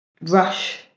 Rush